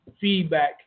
feedback